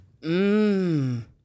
Mmm